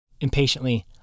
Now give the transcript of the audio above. Impatiently